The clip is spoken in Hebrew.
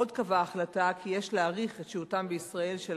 עוד קבעה ההחלטה כי יש להאריך את שהותם בישראל של